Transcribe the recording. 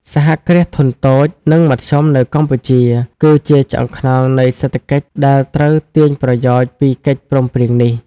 សហគ្រាសធុនតូច និងមធ្យមនៅកម្ពុជា គឺជាឆ្អឹងខ្នងនៃសេដ្ឋកិច្ចដែលត្រូវទាញប្រយោជន៍ពីកិច្ចព្រមព្រៀងនេះ។